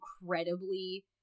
incredibly